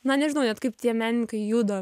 na nežinau net kaip tie menininkai juda